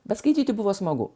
bet skaityti buvo smagu